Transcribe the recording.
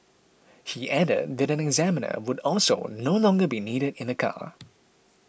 he added that an examiner would also no longer be needed in the car